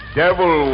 devil